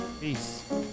peace